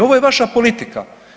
Ovo je vaša politika.